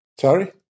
Sorry